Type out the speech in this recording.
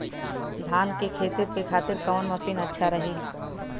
धान के खेती के खातिर कवन मशीन अच्छा रही?